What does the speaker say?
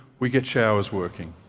we get showers working.